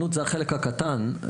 ראיתי איך הוא התחיל ומה אבא שלו השקיע.